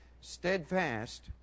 steadfast